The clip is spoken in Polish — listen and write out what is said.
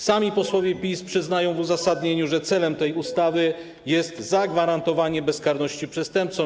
Sami posłowie PiS przyznają w uzasadnieniu, że celem tej ustawy jest zagwarantowanie bezkarności przestępcom.